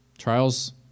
Trials